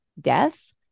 death